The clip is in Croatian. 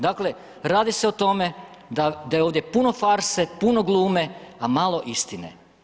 Dakle, radi se o tome da je ovdje puno farse, puno glume, a malo istine.